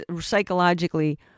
psychologically